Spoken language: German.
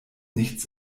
nichts